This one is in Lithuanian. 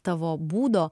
tavo būdo